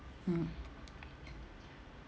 mm